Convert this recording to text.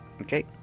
Okay